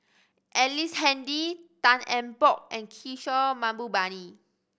Ellice Handy Tan Eng Bock and Kishore Mahbubani